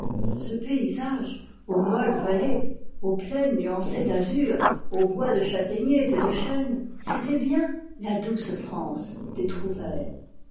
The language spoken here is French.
ce paysage aux molles vallées aux plaines nuancées d'azur aux bois de châtaigniers et de chênes c'était bien la douce france